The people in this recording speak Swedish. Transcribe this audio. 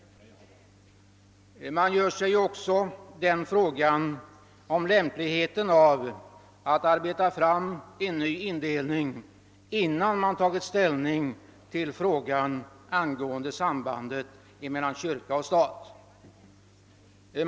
Man kan också fråga om det är lämpligt att arbeta fram en ny sådan indelning innan man tagit ställning till frågan rörande sambandet kyrka—stat.